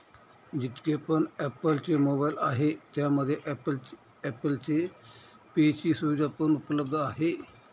जितके पण ॲप्पल चे मोबाईल आहे त्यामध्ये ॲप्पल पे ची सुविधा पण उपलब्ध आहे